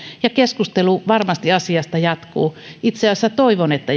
ja keskustelu asiasta varmasti jatkuu itse asiassa toivon että